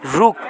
रुख